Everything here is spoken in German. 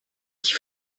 ich